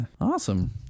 awesome